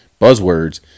buzzwords